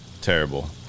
Terrible